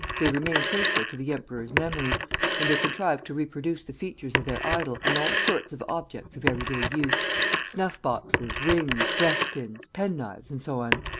they remained faithful to the emperor's memory and they contrived to reproduce the features of their idol on all sorts of objects of everyday use snuff-boxes, rings, breast-pins, pen-knives and so on.